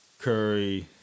Curry